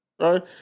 right